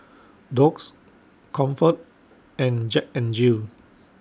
Doux Comfort and Jack N Jill